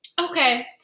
Okay